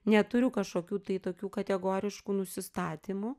neturiu kažkokių tai tokių kategoriškų nusistatymų